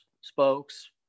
spokes